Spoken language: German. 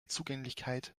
zugänglichkeit